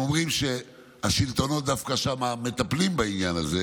הם אומרים שהשלטונות שם דווקא מטפלים בעניין הזה,